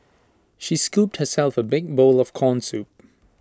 she scooped herself A big bowl of Corn Soup